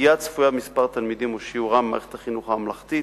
פגיעה צפויה במספר התלמידים או שיעורם במערכת החינוך הממלכתית,